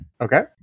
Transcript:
Okay